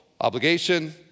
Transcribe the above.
obligation